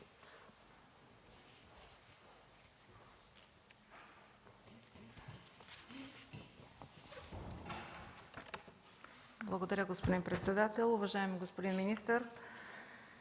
Благодаря, господин председател. Уважаеми господин министър,